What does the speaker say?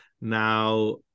Now